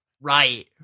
Right